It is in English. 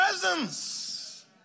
presence